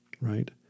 right